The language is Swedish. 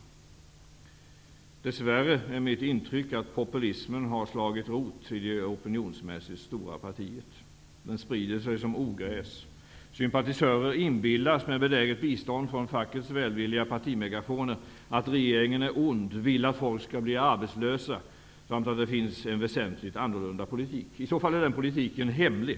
Dess värre är mitt intryck att populismen har slagit rot i det opinionsmässigt stora partiet. Den sprider sig som ogräs. Sympatisörer inbillas med benäget bistånd från fackets välvilliga partimegafoner att regeringen är ond och vill att folk skall bli arbetslösa samt att det finns en väsentligt annorlunda politik. I så fall är den politiken hemlig.